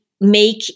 make